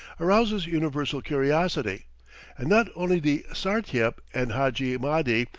arouses universal curiosity and not only the sartiep and hadji mahdi,